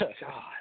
God